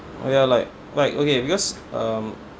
ya like like okay because um